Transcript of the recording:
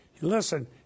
Listen